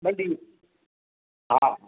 ॿ ॾींहं हा हा